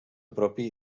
propi